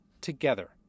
together